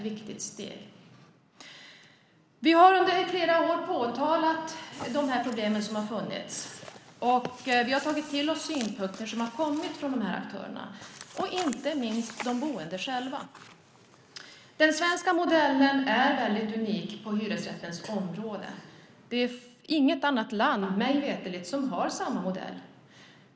Vi har i flera år påtalat de problem som har funnits, och vi har tagit till oss synpunkter som har kommit från de här aktörerna, inte minst från de boende själva. Den svenska modellen är väldigt unik på hyresrättens område. Det är inget annat land, mig veterligt, som har samma modell.